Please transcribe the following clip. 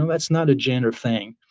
and that's not a gender thing.